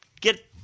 get